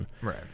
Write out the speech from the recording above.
Right